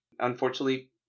Unfortunately